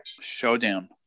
Showdown